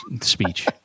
speech